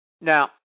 Now